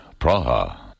Praha